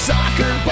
Soccer